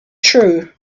true